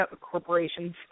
corporations